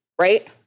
right